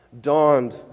dawned